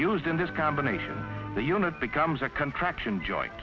used in this combination the unit becomes a contraction jo